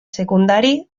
secundari